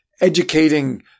educating